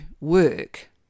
work